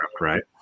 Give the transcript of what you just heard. right